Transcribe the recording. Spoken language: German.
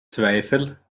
zweifel